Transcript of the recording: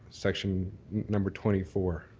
section number twenty four.